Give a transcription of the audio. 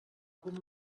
algun